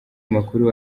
makuru